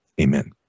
Amen